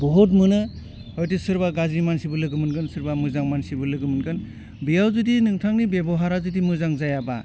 बुहुत मोनो हयथ' सोरबा गाज्रि मानसिबो लोगो मोनगोन सोरबा मोजां मानसिबो लोगो मोनगोन बेयाव जुदि नोथांनि बेबहारा जुदि मोजां जायाबा